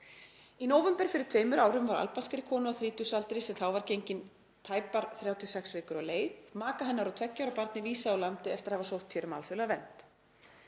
Í nóvember fyrir tveimur árum var albanskri konu á þrítugsaldri, sem þá var gengin tæpar 36 vikur á leið, maka hennar og tveggja ára barni, vísað úr landi eftir að hafa sótt hér um alþjóðlega vernd.